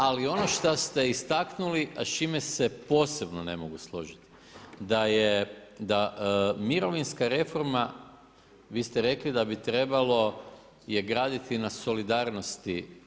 Ali ono što ste istaknuli, a s čime se posebno ne mogu složiti da je mirovinska reforma, vi ste rekli da bi trebalo je graditi na solidarnosti.